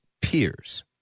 peers